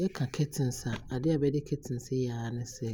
Yɛka curtains a adeɛ a curtains yɛ aa ne sɛ